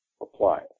apply